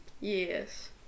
Yes